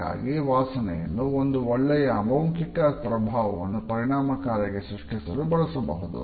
ಹಾಗಾಗಿ ವಾಸನೆಯನ್ನು ಒಂದು ಒಳ್ಳೆಯ ಅಮೌಖಿಕ ಪ್ರಭಾವವನ್ನು ಪರಿಣಾಮಕಾರಿಯಾಗಿ ಸೃಷ್ಟಿಸಲು ಬಳಸಬಹುದು